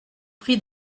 pris